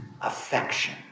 affection